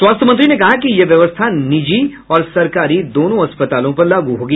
स्वास्थ्य मंत्री ने कहा कि यह व्यवस्था निजी और सरकारी दोनों अस्पतालों पर लागू होगी